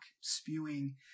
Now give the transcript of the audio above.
spewing